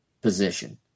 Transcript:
position